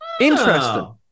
Interesting